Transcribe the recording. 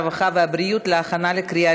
הרווחה והבריאות נתקבלה.